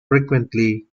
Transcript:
frequently